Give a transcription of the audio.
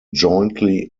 jointly